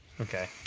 Okay